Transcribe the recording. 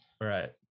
Right